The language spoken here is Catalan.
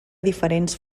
diferents